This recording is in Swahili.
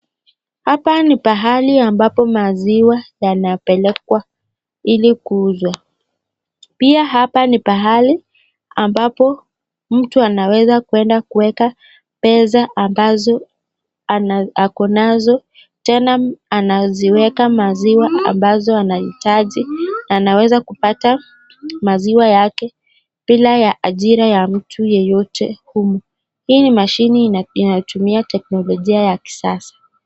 Hapa ni pahali ambapo maziwa yanapelekwa ili kuuzwa pia hapa ni pahali ambapo mtu anaweza kwenda kuweka pesa ambazo ana ako nazo tena anaziweka maziwa ambazo anahitaji anaweza kupata maziwa yake bila ya ajira ya mtu yeyote humu. Hii ni mashini ina inatumia teknolojia ya kisasa.